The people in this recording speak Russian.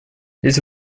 если